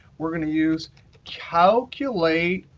we're going to use calculatetable.